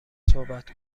صحبت